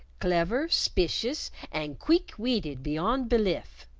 clever, spicious, and queeck-weeted beyond belif!